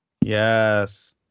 Yes